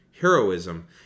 heroism